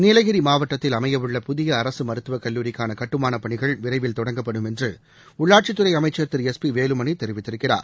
நீலகிரி மாவட்டத்தில் அமைய உள்ள புதிய அரசு மருத்துவ கல்லூரிக்கான கட்டுமானப் பணிகள் தொடங்கப்படும் என்று உள்ளாட்சித்துறை அமைச்சர் திரு எஸ் பி வேலுமணி விரைவில் தெரிவித்திருக்கிறார்